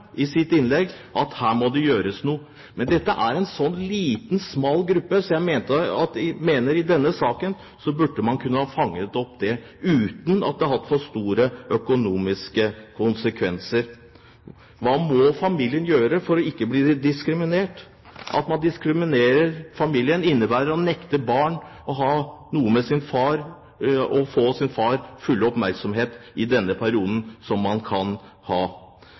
i sitt innlegg at her må det gjøres noe. Da dette er en smal, liten gruppe, mener jeg man burde ha fanget opp denne saken, uten at det hadde hatt så store økonomiske konsekvenser. Hva må familien gjøre for ikke å bli diskriminert? At man diskriminerer familien, innebærer at man nekter barn å få sin fars fulle oppmerksomhet i en periode. Det å straffe en familie på grunn av omstendighetene gjør det enda mer tragisk, spesielt når mor er så ufør som hun er. Dette kan